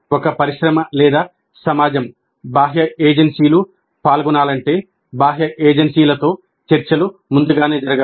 ఒక పరిశ్రమ లేదా సమాజం బాహ్య ఏజెన్సీలు పాల్గొనాలంటే బాహ్య ఏజెన్సీలతో చర్చలు ముందుగానే జరగాలి